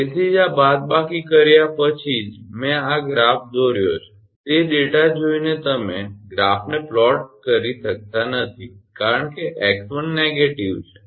તેથી જ આ બાદબાકી કર્યા પછી જ મેં આ ગ્રાફ દોર્યો છે તે ડેટા જોઈને તમે ગ્રાફને પ્લોટ કરીદોરી શકતા નથી કારણ કે 𝑥1 નકારાત્મક છે